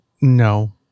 No